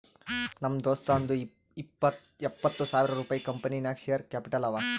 ನಮ್ ದೋಸ್ತುಂದೂ ಎಪ್ಪತ್ತ್ ಸಾವಿರ ರುಪಾಯಿ ಕಂಪನಿ ನಾಗ್ ಶೇರ್ ಕ್ಯಾಪಿಟಲ್ ಅವ